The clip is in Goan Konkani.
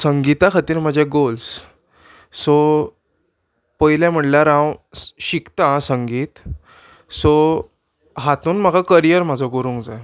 संगिता खातीर म्हजे गोल्स सो पयले म्हणल्यार हांव शिकतां संगीत सो हातून म्हाका करियर म्हाजो करूंक जाय